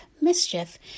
mischief